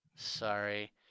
Sorry